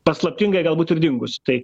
paslaptingai galbūt ir dingus tai